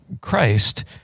Christ